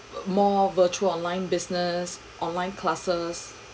more virtual online business online classes